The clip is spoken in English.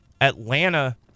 Atlanta